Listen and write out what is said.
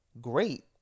great